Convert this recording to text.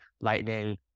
Lightning